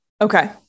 Okay